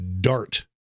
dart